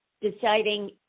deciding